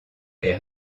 est